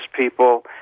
people